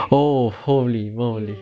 oh holy moly